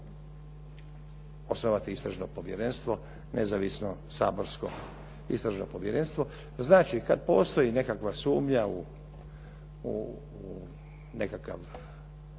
osnovati istražno povjerenstvo, nezavisno saborsko istražno povjerenstvo. Znači, kad postoji nekakva sumnja u nekakav